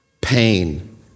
Pain